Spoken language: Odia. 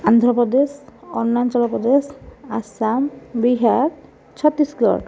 ଆନ୍ଧ୍ରପ୍ରଦେଶ ଅରୁଣାଚଳପ୍ରଦେଶ ଆସାମ ବିହାର ଛତିଶଗଡ଼